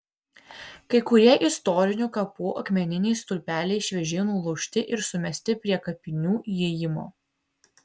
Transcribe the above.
kai kurie istorinių kapų akmeniniai stulpeliai šviežiai nulaužti ir sumesti prie kapinių įėjimo